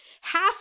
half